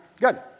Good